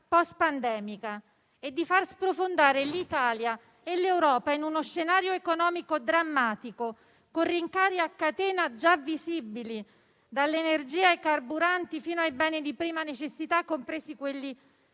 post-pandemica e di far sprofondare l'Italia e l'Europa in uno scenario economico drammatico, con rincari a catena già visibili, dall'energia ai carburanti, fino ai beni di prima necessità, compresi quelli